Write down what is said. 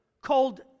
called